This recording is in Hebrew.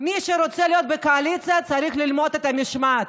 מי שרוצה להיות בקואליציה צריך ללמוד את המשמעת.